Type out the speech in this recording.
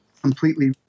completely